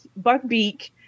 Buckbeak